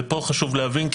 ופה חשוב להבין,